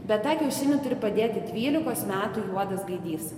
bet tą kiaušinį turi padėti dvylikos metų juodas gaidys